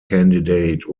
candidate